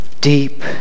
deep